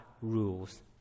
rules